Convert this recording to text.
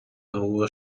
حقوق